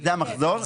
זה המחזור.